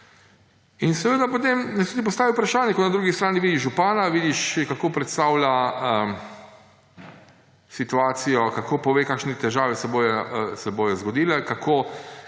In potem se seveda postavi vprašanje, ko na drugi strani vidiš župana, vidiš, kako predstavlja situacijo, kako pove, kakšne težave se bodo zgodile, kakšna